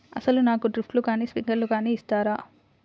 అసలు నాకు డ్రిప్లు కానీ స్ప్రింక్లర్ కానీ ఇస్తారా?